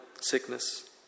sickness